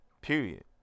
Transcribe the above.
period